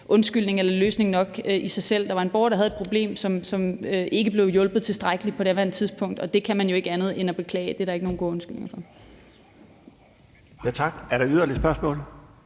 undskyldning eller en løsning i sig selv. Der var en borger, der havde et problem, som ikke blev hjulpet tilstrækkeligt på daværende tidspunkt, og det kan man jo ikke andet end beklage. Det er der ikke nogen gode undskyldninger for. Kl. 16:55 Den fg. formand